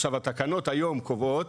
עכשיו, התקנות היום קובעות